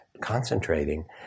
concentrating